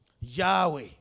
Yahweh